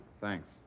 Thanks